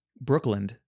Brooklyn